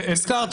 לצורך העניין,